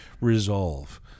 resolve